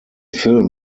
film